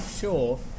sure